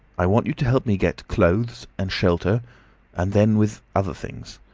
i want you to help me get clothes and shelter and then, with other things.